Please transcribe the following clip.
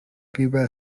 riba